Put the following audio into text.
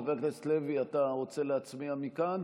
חבר הכנסת לוי, אתה רוצה להצביע מכאן?